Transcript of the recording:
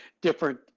different